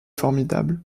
formidable